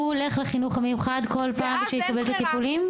הוא הולך לחינוך המיוחד כל פעם בשביל לקבל את הטיפולים?